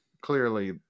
clearly